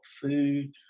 food